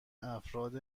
افراد